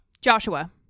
Joshua